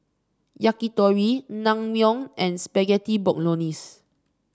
Yakitori Naengmyeon and Spaghetti Bolognese